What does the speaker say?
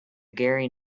gary